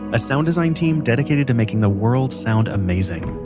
a sound design team dedicated to making the world sound amazing.